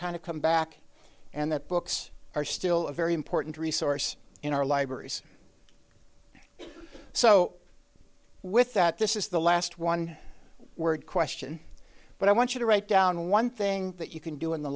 kind of come back and that books are still a very important resource in our libraries so with that this is the last one word question but i want you to write down one thing that you can do in the